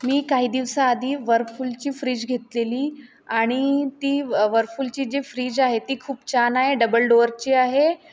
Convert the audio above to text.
मी काही दिवसाआधी वरफूल ची फ्रीज घेतलेली आणि ती व वरफूलची जी फ्रीज आहे ती खूप छान आहे डबल डोअरची आहे